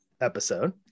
episode